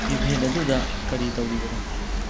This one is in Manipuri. ꯏꯕꯦꯟꯠ ꯑꯗꯨꯗ ꯀꯔꯤ ꯇꯧꯔꯤꯕꯅꯣ